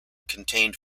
contained